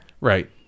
Right